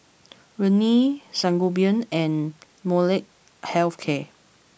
Rene Sangobion and Molnylcke health care